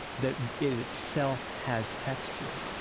that it itself has texture,